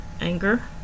Anger